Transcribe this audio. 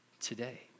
today